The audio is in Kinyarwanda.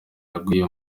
yaguye